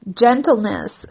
Gentleness